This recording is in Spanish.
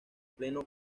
pleno